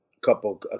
couple